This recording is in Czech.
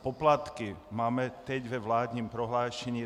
Poplatky máme teď ve vládním prohlášení.